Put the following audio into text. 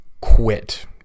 quit